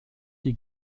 die